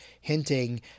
hinting